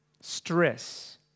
Stress